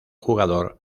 jugador